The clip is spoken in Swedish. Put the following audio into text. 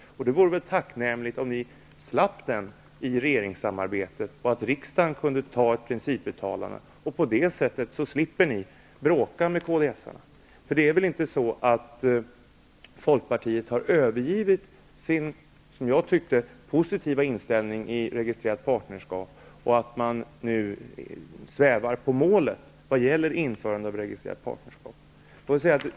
Det vore väl tacknämligt om man slapp ta itu med den frågan inom regeringen, dvs. att riksdagen i stället kunde göra ett principuttalande. På det sättet slipper de övriga borgerliga partierna bråka med kds:arna. Det är väl inte på det sättet att Folkpartiet har övergivit sin, som jag tyckte, positiva inställning till registrerat partnerskap och att man nu svävar på målet när det gäller införande av registrerat partnerskap?